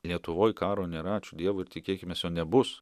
lietuvoj karo nėra ačiū dievui ir tikėkimės jo nebus